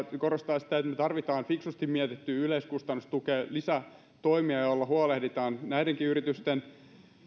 korostaa sitä että me tarvitsemme fiksusti mietittyyn yleiskustannustukeen lisätoimia joilla huolehditaan näidenkin yritysten